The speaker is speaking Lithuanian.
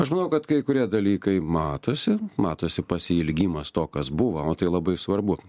aš manau kad kai kurie dalykai matosi matosi pasiilgimas to kas buvo o tai labai svarbu